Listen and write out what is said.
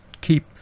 keep